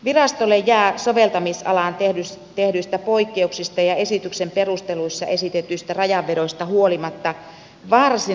virastolle jää soveltamisalaan tehdyistä poikkeuksista ja esityksen perusteluissa esitetyistä rajanvedoista huolimatta varsin laaja harkintavalta